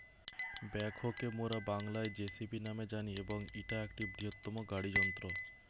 backhoe কে মোরা বাংলায় যেসিবি ন্যামে জানি এবং ইটা একটা বৃহত্তম গাড়ি যন্ত্র